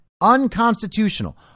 unconstitutional